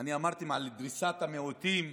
אני דיברתי על דריסת המיעוטים.